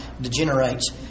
degenerates